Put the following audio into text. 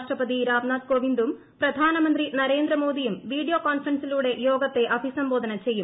രാഷ്ട്രപതി രാംനാഥ് കോവിന്ദും പ്രധാനമന്ത്രി നരേന്ദ്രമോദിയും വീഡിയോ കോൺഫറൻസിലൂടെ യോഗത്തെ അഭിസംബോധന ചെയ്യും